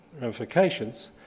ramifications